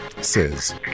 says